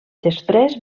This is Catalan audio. després